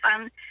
fun